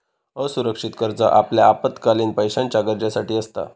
असुरक्षित कर्ज आपल्या अल्पकालीन पैशाच्या गरजेसाठी असता